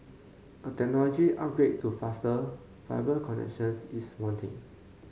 a technology upgrade to faster fiber connections is wanting